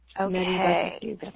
Okay